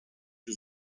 yüz